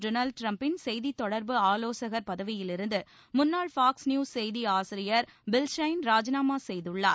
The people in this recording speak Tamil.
டோனால்டு ட்ரம்பின் செய்தித் தொடர்பு ஆலோசகர் பதவியிலிருந்து முன்னாள் ஃபாக்ஸ் நியூஸ் செய்தி ஆசிரியர் பில்ஷைன் ராஜினாமா செய்துள்ளார்